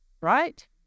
Right